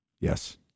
Yes